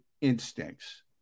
instincts